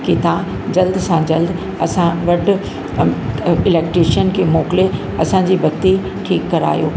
कि तव्हां जल्द सां जल्द असां वटि इलेक्ट्रिशन खे मोकिले असांजी बत्ती ठीकु करायो